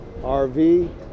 RV